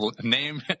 Name